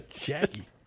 Jackie